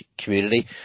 community